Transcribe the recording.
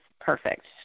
perfect